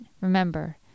remember